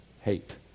hate